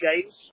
games